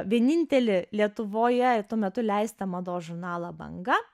vienintelį lietuvoje tuo metu leistą mados žurnalą banga